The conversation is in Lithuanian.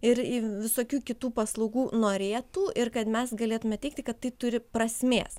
ir visokių kitų paslaugų norėtų ir kad mes galėtume teigti kad tai turi prasmės